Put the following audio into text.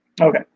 Okay